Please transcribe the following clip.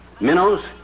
minnows